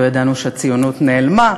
לא ידענו שהציונות נעלמה,